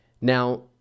Now